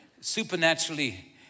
supernaturally